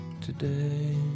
Today